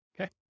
Okay